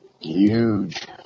Huge